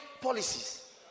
policies